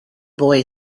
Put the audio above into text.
boy